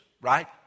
right